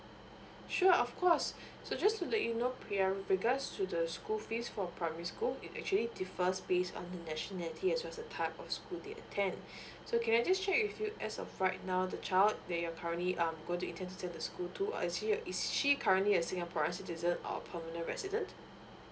sure of course so just to let you know pria with regards to the school fees for primary school it actually differs based on the nationality as well as the type of school they attend so can I just check with you as of right now the child that you're currently um go to intend to send the school to are is she is she currently a singaporean citizen or permanent resident